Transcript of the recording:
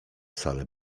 salę